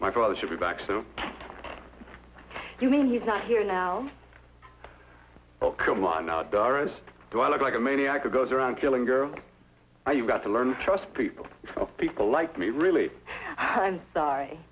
my father should be back so you mean he's not here now come on out doris do i look like a maniac goes around killing a girl you've got to learn to trust people of people like me really i'm sorry